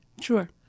Sure